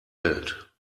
welt